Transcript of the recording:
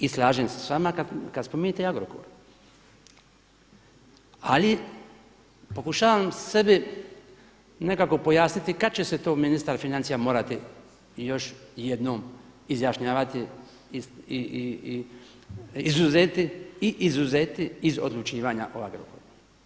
I slažem se s vama kada spominjete Agrokor, ali pokušavam sebi nekako pojasniti kada će se to ministar financija morati još jednom izjašnjavati i izuzeti i izuzeti od odlučivanja o Agrokoru.